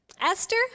Esther